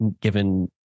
given